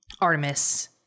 artemis